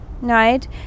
right